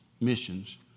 missions